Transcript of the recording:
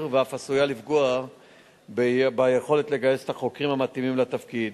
ואף עשוי לפגוע ביכולת לגייס את החוקרים המתאימים לתפקיד.